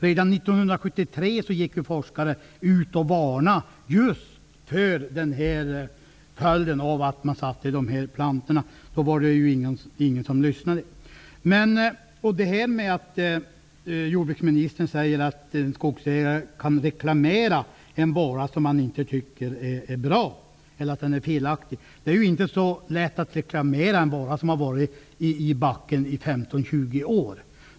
Redan 1973 varnade forskare just för denna följd av att man satte dessa plantor. Men då lyssnade ingen. Jordbruksministern förklarar att en skogsägare kan reklamera en vara som är felaktig. Men det är inte så lätt att reklamera en vara, som varit i jorden i 15--20 år.